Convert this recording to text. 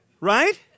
Right